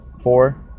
four